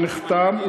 שנחתם,